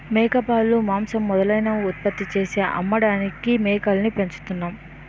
మేకపాలు, మాంసం మొదలైనవి ఉత్పత్తి చేసి అమ్మడానికి మేకల్ని పెంచుతున్నాం